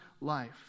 life